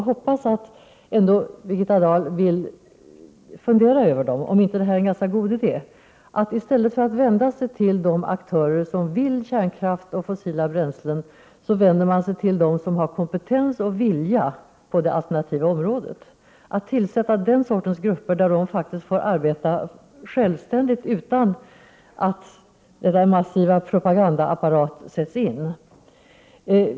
Jag hoppas ändå att Birgitta Dahl vill fundera över om det inte är en ganska god idé att i stället för att vända sig till de aktörer som vill ha kärnkraft och fossila bränslen vända sig till dem som har kompetens och vilja på området för alternativ energi, och att tillsätta den sortens grupper där de faktiskt får arbeta självständigt utan att den massiva propagandaapparaten sätts in.